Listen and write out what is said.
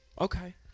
Okay